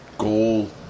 Goal